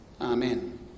Amen